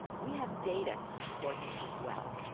we have data to support this as well.